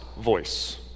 voice